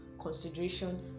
consideration